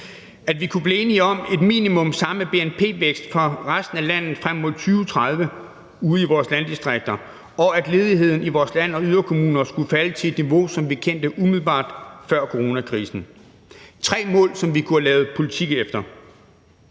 at vi kunne blive enige om minimum samme bnp-vækst for resten af landet frem mod 2030 ude i vores landdistrikter, og at ledigheden i vores land- og yderkommuner skulle falde til et niveau, som vi kendte det umiddelbart før coronakrisen, er f.eks. tre mål, som vi kunne have lavet politik efter.